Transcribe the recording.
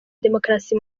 demokarasi